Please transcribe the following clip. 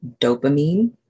dopamine